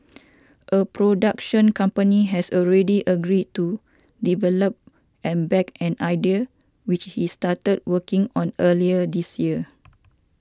a production company has already agreed to develop and back an idea which he started working on earlier this year